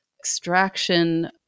extraction